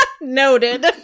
Noted